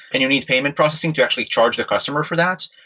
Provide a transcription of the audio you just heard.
and you need payment processing to actually charge the customer for that.